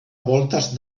voltes